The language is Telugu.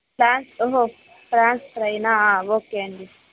ప్రాన్స్ ఓహో ప్రాన్స్ ఫ్రైనా ఓకే అండి